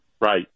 right